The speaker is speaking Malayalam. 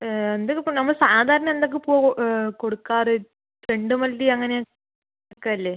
എന്തൊക്കെ പൂ നമ്മള് സാധാരണ എന്തൊക്കെ പൂ കൊടുക്കാറ് ചെണ്ടുമല്ലി അങ്ങനെ ഒക്കെ ഇല്ലെ